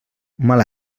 mal